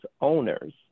owners